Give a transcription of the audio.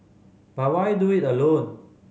but why do it alone